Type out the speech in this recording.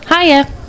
Hiya